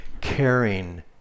caring